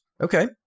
Okay